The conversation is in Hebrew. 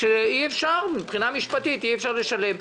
שמבחינה משפטית אי אפשר לשלם.